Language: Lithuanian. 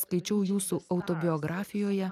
skaičiau jūsų autobiografijoje